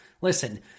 Listen